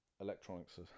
electronics